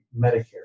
Medicare